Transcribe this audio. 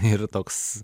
ir toks